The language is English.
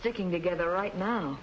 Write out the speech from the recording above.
sticking together right now